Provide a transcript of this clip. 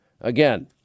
again